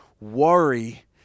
Worry